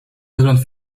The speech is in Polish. wygląd